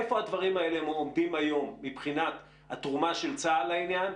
איפה הדברים האלה עומדים היום מבחינת התרומה של צה"ל לעניין?